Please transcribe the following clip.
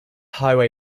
highway